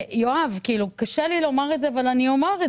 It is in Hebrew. יואב, קשה לי לומר את זה אבל אומר: